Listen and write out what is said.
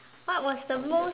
what was the most